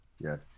Yes